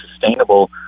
sustainable